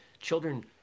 children